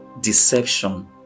deception